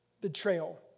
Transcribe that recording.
betrayal